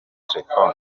telefoni